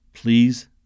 Please